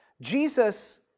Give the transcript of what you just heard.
Jesus